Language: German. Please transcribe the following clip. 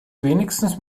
wenigstens